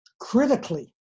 critically